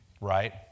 Right